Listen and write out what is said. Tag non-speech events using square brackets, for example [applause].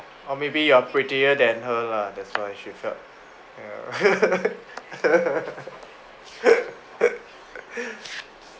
or maybe you are prettier than her lah that's why she felt ya err [laughs]